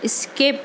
skip